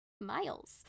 miles